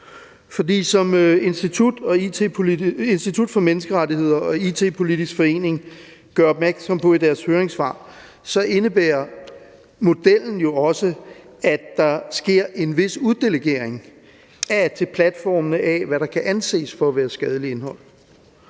for som Institut for Menneskerettigheder og IT-Politisk Forening gør opmærksom på i deres høringssvar, indebærer modellen, at der sker en vis uddelegering til platformene af, hvad der kan anses for at være et skadeligt indhold.